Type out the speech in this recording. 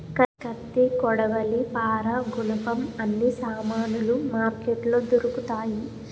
కత్తి కొడవలి పారా గునపం అన్ని సామానులు మార్కెట్లో దొరుకుతాయి